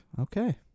okay